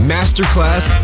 Masterclass